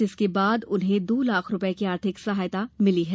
जिसके बाद उन्हें दो लाख रूपये की आर्थिक सहायता राशि मिली है